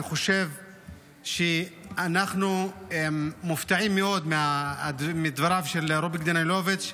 אני חושב שאנחנו מופתעים מאוד מדבריו של רוביק דנילוביץ'.